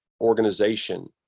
organization